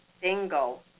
single